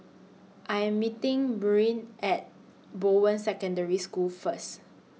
I Am meeting At Bowen Secondary School First